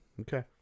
Okay